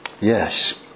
Yes